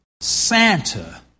Santa